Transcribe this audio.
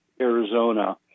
Arizona